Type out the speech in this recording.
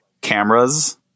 cameras